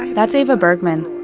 that's eva bergmann,